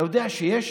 אתה יודע שיש